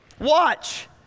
watch